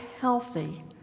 healthy